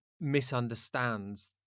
misunderstands